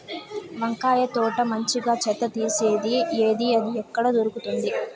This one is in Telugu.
వంకాయ తోట మంచిగా చెత్త తీసేది ఏది? అది ఎక్కడ దొరుకుతుంది?